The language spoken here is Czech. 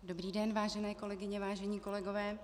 Dobrý den, vážené kolegyně, vážení kolegové.